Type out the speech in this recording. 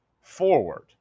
forward